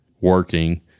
working